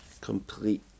complete